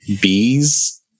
bees